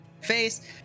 face